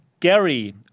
Gary